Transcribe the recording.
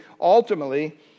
ultimately